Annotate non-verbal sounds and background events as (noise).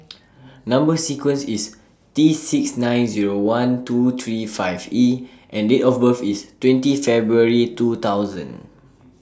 (noise) Number sequence IS T six nine Zero one two three five E and Date of birth IS twenty February two thousand